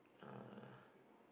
uh